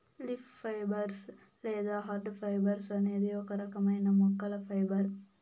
leaf fibres లేదా hard fibres అనేది ఒక రకమైన మొక్కల ఫైబర్